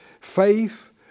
Faith